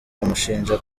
bamushinja